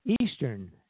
Eastern